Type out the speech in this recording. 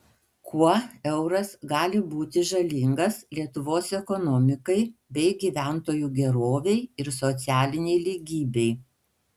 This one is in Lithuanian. kuo euras gali būti žalingas lietuvos ekonomikai bei gyventojų gerovei ir socialinei lygybei